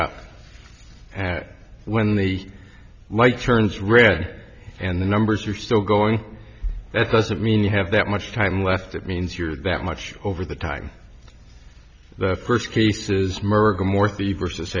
up at when the light turns red and the numbers are still going at doesn't mean you have that much time left that means you're that much over the time the first cases